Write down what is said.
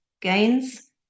gains